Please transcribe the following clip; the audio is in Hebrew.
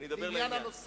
אני אדבר לעניין.